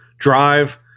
Drive